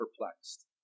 perplexed